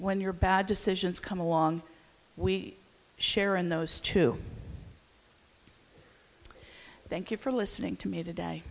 when your bad decisions come along we share in those too thank you for listening to me today